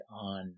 on